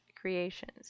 creations